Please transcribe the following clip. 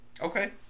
Okay